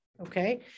okay